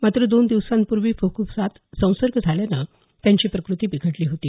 मात्र दोन दिवसापूर्वी फुफ्फुसात संसर्ग झाल्यानं त्यांची प्रकृती बिघडली होती